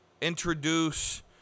introduce